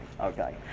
okay